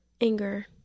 anger